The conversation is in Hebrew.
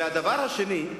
הדבר השני,